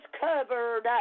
covered